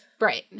right